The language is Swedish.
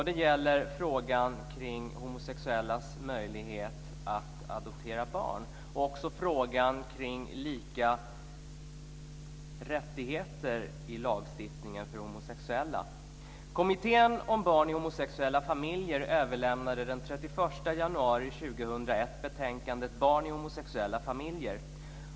Det gäller frågan om homosexuellas möjlighet att adoptera barn och också frågan om lika rättigheter för homosexuella i lagstiftningen. Kommittén om barn i homosexuella familjer överlämnade den 31 januari 2001 betänkandet Barn i homosexuella familjer.